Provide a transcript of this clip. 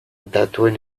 datuen